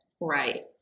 Right